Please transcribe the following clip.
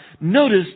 notice